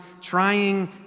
trying